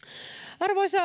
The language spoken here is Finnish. arvoisa